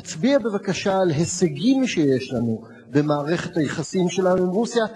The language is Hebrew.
תצביע בבקשה על הישגים שיש לנו במערכת היחסים שלנו עם רוסיה.